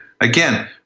again